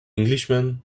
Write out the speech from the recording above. englishman